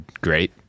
great